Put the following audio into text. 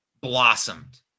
blossomed